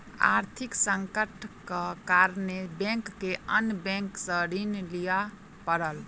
आर्थिक संकटक कारणेँ बैंक के अन्य बैंक सॅ ऋण लिअ पड़ल